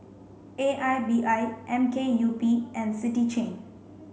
A I B I M K U P and City Chain